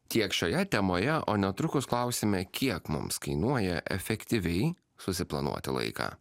tiek šioje temoje o netrukus klausime kiek mums kainuoja efektyviai susiplanuoti laiką